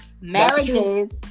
Marriages